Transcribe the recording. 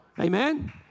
amen